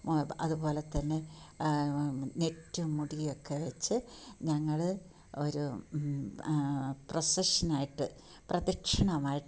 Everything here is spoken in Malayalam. അതുപോലെ തന്നെ നെറ്റും മുടിയൊക്കെ വച്ച് ഞങ്ങൾ ഒരു പ്രസഷനായിട്ട് പ്രദിക്ഷണമായിട്ട്